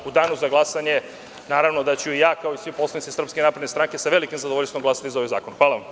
U danu za glasanje naravno da ću i ja kao i svi poslanici SNS sa velikim zadovoljstvom glasati za ovaj zakon.